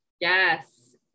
Yes